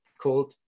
called